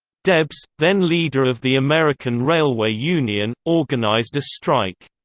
debs, then leader of the american railway union, organized a strike.